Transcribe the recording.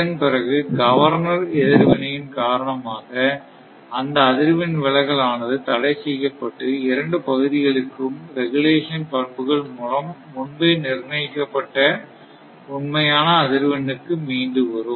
இதன்பிறகு கவர்னர் எதிர் வினையின் காரணமாக அந்த அதிர்வெண் விலகல் ஆனது தடை செய்ய பட்டு இரண்டு பகுதிகளுக்கும் ரெகுலேஷன் பண்புகள் மூலம் முன்பே நிர்ணயிக்கப்பட்ட உண்மையான அதிர்வெண்ணுக்கு மீண்டு வரும்